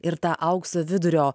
ir tą aukso vidurio